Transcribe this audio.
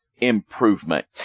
improvement